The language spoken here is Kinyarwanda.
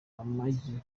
amagi